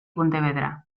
pontevedra